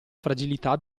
fragilità